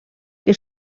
que